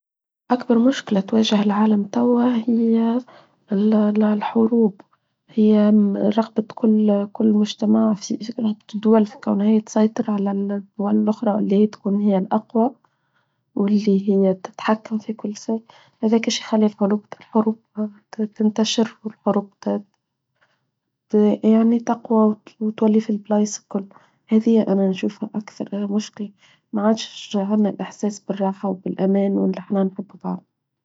أكبر مشكلة تواجه العالم توها هي الحروب هي رغبة كل مجتمع رغبة الدول في كونها تسيطر على الدول الأخرى والي هي تكون الأقوى والي هى تتحكم في كل شيء هذاك بش يخلي الحروب تنتشر والحروب يعني تقوى وتولف البلايس الكل هاذيا أنا نشوفها أكثر مشكلة معانش هنا الأحساس بالراحة والأمان والي ننحنا نحب بعظنا.